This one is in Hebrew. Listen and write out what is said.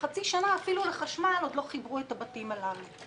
חצי שנה אפילו לחשמל עוד לא חיברו את הבתים הללו.